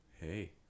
hey